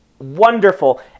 wonderful